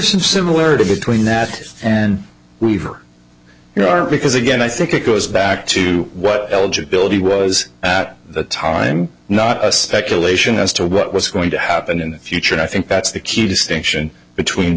some similarity between that and weaver you are because again i think it goes back to what eligibility was at the time not a speculation as to what was going to happen in the future and i think that's the key distinction between